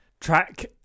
Track